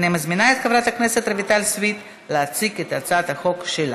הרווחה והבריאות להכנה לקריאה ראשונה.